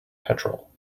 petrol